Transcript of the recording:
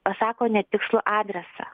pasako netikslų adresą